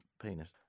penis